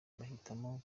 bahitamo